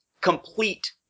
complete